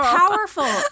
powerful